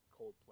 Coldplay